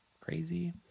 crazy